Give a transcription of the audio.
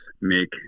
make